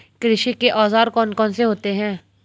कृषि के औजार कौन कौन से होते हैं?